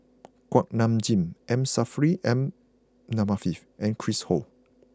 Kuak Nam Jin M Saffri Manaf and Chris Ho